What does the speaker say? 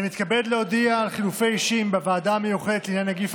אני מתכבד להודיע על חילופי אישים בוועדה המיוחדת לעניין נגיף